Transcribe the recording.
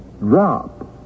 drop